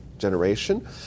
generation